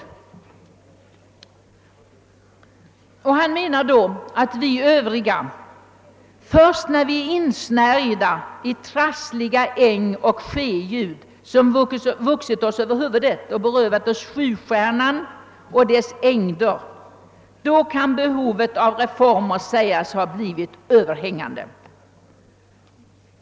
Frans G. Bengtsson menar då att »vi övriga» först när vi, »insnärjda i trassliga ngoch sje-ljud som vuxit oss över huvudet och berövat oss sjustjärnan och dess ängder, ——— kan behovet av reformer i skriftspråket möjligen sägas ha blivit överhängande».